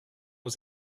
aux